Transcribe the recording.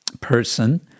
person